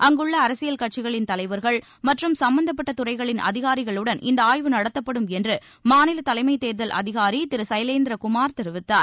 அங்குள்ள அரசியல் கட்சிகளின் தலைவர்கள் மற்றும் சும்பந்தப்பட்ட துறைகளின் அதிகாரிகளுடன் இந்த ஆய்வு நடத்தப்படும் என்று மாநில தலைமை தேர்தல் அதிகாரி திரு சைலேந்திர குமார் தெரிவித்தார்